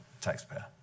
Taxpayer